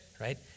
Right